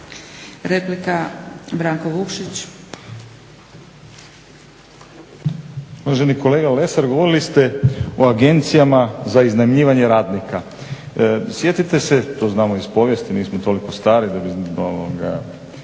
Replika, Branko Vukšić.